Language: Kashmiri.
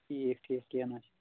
ٹھیٖک ٹھیٖک کیٚنٛہہ نہَ حظ چھُ